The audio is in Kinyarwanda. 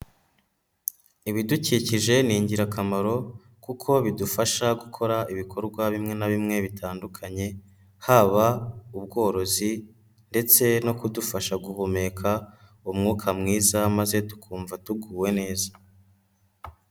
Ibidukikije ni ingirakamaro kuko bidufasha gukora ibikorwa bimwe na bimwe bitandukanye haba ubworozi ndetse no kudufasha guhumeka umwuka mwiza maze tukumva tuguwe neza.